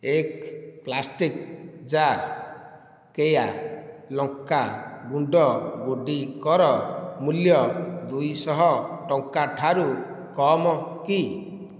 ଏକ plastic jar କେୟା ଲଙ୍କା ଗୁଣ୍ଡ ଗୁଡ଼ିକର ମୂଲ୍ୟ ଦୁଇ ଶହ ଟଙ୍କାଠାରୁ କମ୍ କି